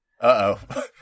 Uh-oh